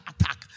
attack